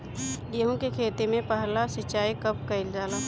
गेहू के खेती मे पहला सिंचाई कब कईल जाला?